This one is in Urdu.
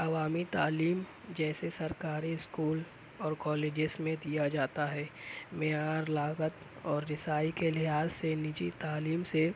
عوامی تعلیم جیسے سرکاری اسکول اور کالجز میں دیا جاتا ہے معیار لاگت اور رسائی کے لیے آج سے نجی تعلیم سے